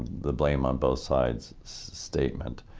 the blame on both sides statement.